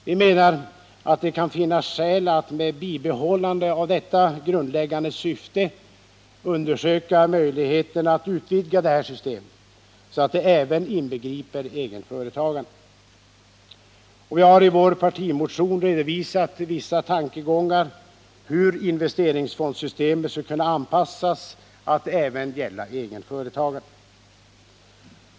Vi menar att det kan finnas skäl att med bibehållande av detta grundläggande syfte undersöka möjligheterna att utvidga detta system, så att det även inbegriper egenföretagarna. Vi har i vår partimotion redovisat vissa tankegångar hur investeringsfondssystemet skulle kunna anpassas till att även gälla egenföretagarna.